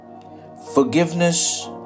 Forgiveness